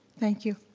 thank you.